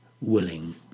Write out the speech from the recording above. willing